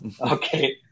Okay